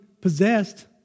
possessed